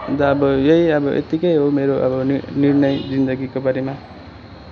अन्त अब यही अब यतिकै हो मेरो अब नि निर्णय जिन्दगीको बारेमा